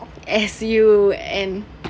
as you and